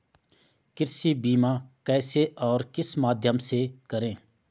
कृषि बीमा कैसे और किस माध्यम से करें?